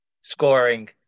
scoring